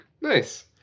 Nice